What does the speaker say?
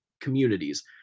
communities